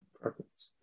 perfect